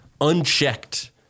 unchecked